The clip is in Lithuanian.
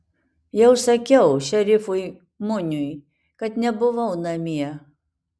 jau sakiau šerifui muniui kad nebuvau namie